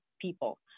people